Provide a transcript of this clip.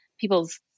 People's